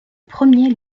premier